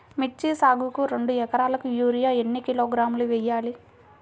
మిర్చి సాగుకు రెండు ఏకరాలకు యూరియా ఏన్ని కిలోగ్రాములు వేయాలి?